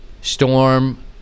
Storm